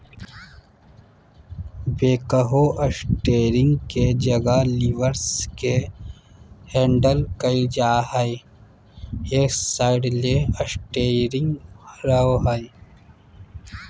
backhoe steering के जगह levers से हैंडल कइल जा हइ, एक साइड ले स्टेयरिंग रहो हइ